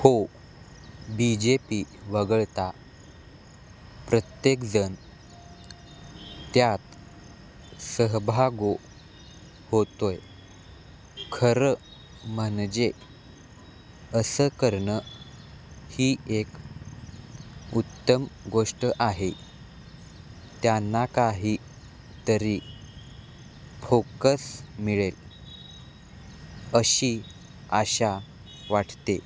हो बीजेपी वगळता प्रत्येकजण त्यात सहभागी होतोय खरं म्हणजे असं करणं ही एक उत्तम गोष्ट आहे त्यांना काही तरी फोकस मिळेल अशी आशा वाटते